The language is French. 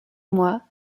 mois